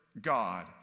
God